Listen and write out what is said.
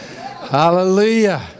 Hallelujah